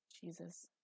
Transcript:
Jesus